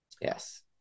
Yes